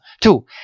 Two